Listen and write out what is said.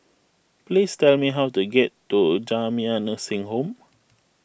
please tell me how to get to Jamiyah Nursing Home